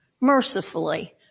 Mercifully